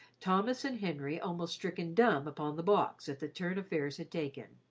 thomas and henry almost stricken dumb upon the box at the turn affairs had taken.